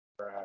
Right